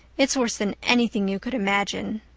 it's worse than anything you could imagine.